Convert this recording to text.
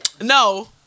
No